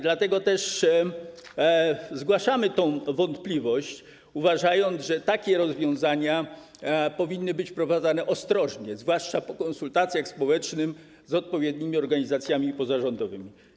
Dlatego też zgłaszamy tę wątpliwość, uważając, że takie rozwiązania powinny być wprowadzane ostrożnie, zwłaszcza po konsultacjach społecznych z odpowiednimi organizacjami pozarządowymi.